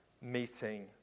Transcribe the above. meeting